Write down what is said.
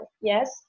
yes